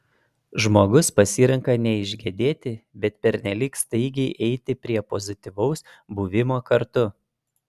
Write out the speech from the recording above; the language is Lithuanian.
žmogus pasirenka neišgedėti bet pernelyg staigiai eiti prie pozityvaus buvimo kartu